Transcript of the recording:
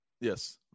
Yes